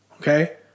okay